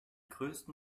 größten